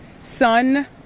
son